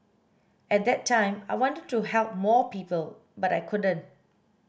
at that time I wanted to help more people but I couldn't